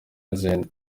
izindi